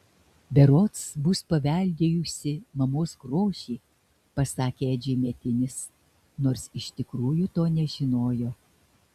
berods bus paveldėjusi mamos grožį pasakė edžiui mėtinis nors iš tikrųjų to nežinojo